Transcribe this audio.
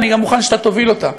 אני גם מוכן שאתה תוביל אותה,